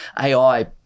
AI